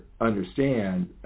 understand